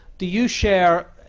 do you share,